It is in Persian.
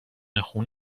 خون